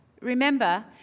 Remember